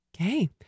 Okay